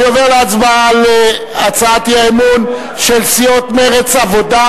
אני עובר להצבעה על הצעת האי-אמון של סיעות מרצ והעבודה,